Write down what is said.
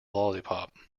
lollipop